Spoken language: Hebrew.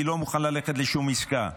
אני לא מוכן ללכת לשום עסקה.